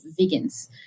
vegans